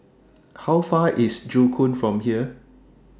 How Far away IS Joo Koon from here